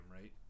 right